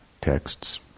texts